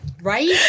Right